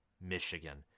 Michigan